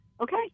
okay